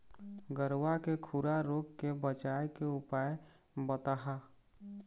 गरवा के खुरा रोग के बचाए के उपाय बताहा?